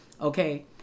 Okay